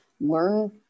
learn